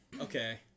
Okay